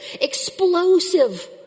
Explosive